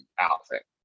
outfit